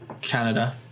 Canada